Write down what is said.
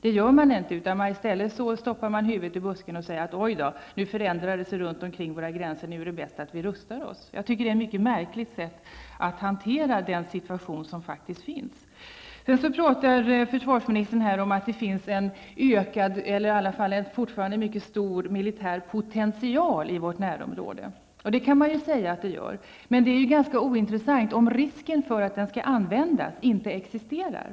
Det frågar man sig inte, utan i stället stoppar man huvudet i busken och säger: Oj då, nu förändras läget runt omkring våra gränser, så därför är det bäst att vi rustar oss. Det är ett mycket märkligt sätt att hantera den situation som faktiskt råder. Försvarsministern talade här om att det fortfarande finns en mycket stor militär potential i vårt närområde. Det kan man ju säga, men det är ganska ointressant om risken för att den skall användas inte existerar.